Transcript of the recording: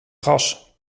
gas